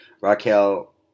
Raquel